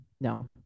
No